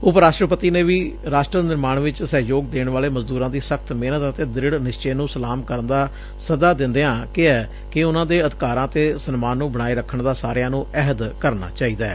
ਉਪ ਰਾਸ਼ਟਰਪਤੀ ਨੇ ਵੀ ਰਾਸ਼ਟਰ ਨਿਰਮਾਣ ਵਿਚ ਸਹਿਯੋਗ ਦੇਣ ਵਾਲੇ ਮਜ਼ਦੂਰਾਂ ਦੀ ਸਖ਼ਤ ਮਿਹਤਨ ਅਤੇ ਦ੍ਰਿੜ ਨਿਸਚੇ ਨੂੰ ਸਲਾਮ ਕਰਨ ਦਾ ਸੱਦਾ ਦਿਦਿਆਂ ਕਿਹਾ ਕਿ ਉਨੂਾ ਦੇ ਅਧਿਕਾਰਾਂ ਅਤੇ ਸਨਮਾਨ ਨੂੰ ਬਣਾਏ ਰੱਖਣ ਦਾ ਸਾਰਿਆਂ ਨੂੰ ਅਹਿਦ ਕਰਨਾ ਚਾਹੀਦੈ